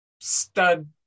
stud